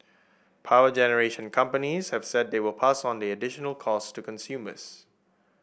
power generation companies have said they will pass on the additional costs to consumers